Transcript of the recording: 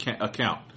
account